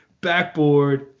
backboard